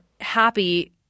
happy